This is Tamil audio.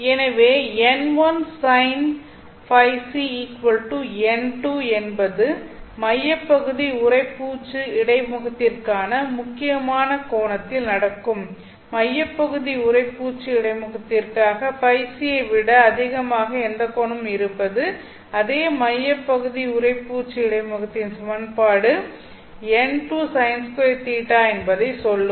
எனவே n1 Sin Øc n2 என்பது மையப்பகுதி உறைப்பூச்சு இடைமுகத்திற்காக முக்கியமான கோணத்தில் நடக்கும் மையப்பகுதி உறைப்பூச்சு இடைமுகத்திற்காக Øc ஐ விட அதிகமாக எந்த கோணமும் இருப்பது அதே மையப்பகுதி உறைப்பூச்சு இடைமுகத்தின் சமன்பாடு n2 Sin2 Ø என்பதைச் சொல்லும்